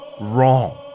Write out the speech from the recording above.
wrong